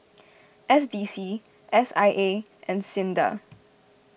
S D C S I A and Sinda